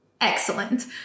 excellent